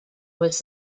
was